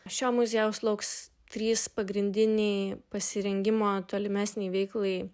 šio muziejaus lauks trys pagrindiniai pasirengimo tolimesnei veiklai